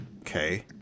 Okay